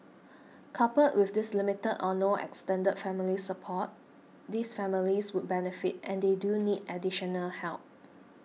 coupled with this limited or no extended family support these families would benefit and they do need additional help